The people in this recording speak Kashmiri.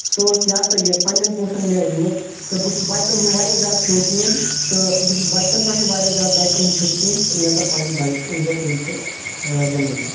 سۅ ٲس یا سا یہِ پَنٕنؠَن پۄنٛسَن مےٚ أنۍمٕژ تہٕ بہٕ چھُس بایَکن ہُنٛد وارِیاہ زیادٕ شوقیٖن تہٕ بہٕ چھُس بَچپَن پؠٹھٕے وارِیاہ زیادٕ بایکَن ہُنٛد شوقیٖن تہٕ مےٚ کٔر پَنٕنۍ بایَک أنۍ مےٚ پٍنٛژٕہ جَنوری